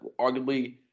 arguably